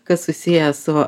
kas susiję su